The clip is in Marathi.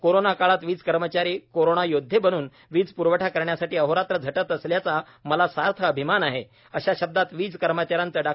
कोरोना काळात वीज कर्मचारी कोरोना योदधे बनून वीज प्रवठा करण्यासाठी अहोरात्र झटत असल्याचा मला सार्थ अभिमान आहे अशा शब्दांत वीज कर्मचाऱ्यांचे डॉ